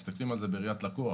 מסתכלים על זה בראייה של לקוח.